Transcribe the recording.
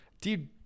dude